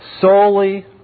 solely